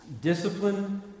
discipline